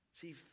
See